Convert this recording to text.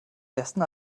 ersten